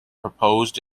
proposed